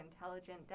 intelligent